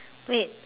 wait